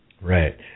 Right